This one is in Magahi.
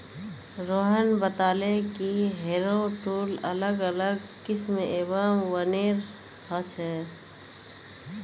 रोहन बताले कि हैरो टूल अलग अलग किस्म एवं वजनेर ह छे